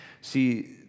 See